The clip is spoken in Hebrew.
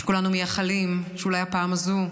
שכולנו מייחלים שאולי הפעם הזו,